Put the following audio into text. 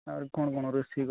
ଆହୁରି କ'ଣ କ'ଣ ରୋଷେଇ